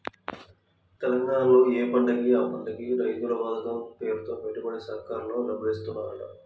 తెలంగాణాలో యే పంటకి ఆ పంటకి రైతు బంధు పతకం పేరుతో పెట్టుబడికి సర్కారోల్లే డబ్బులిత్తన్నారంట